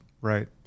right